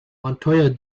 montoya